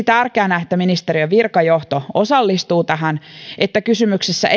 tärkeänä että ministeriön virkajohto osallistuu tähän siksi että kysymyksessä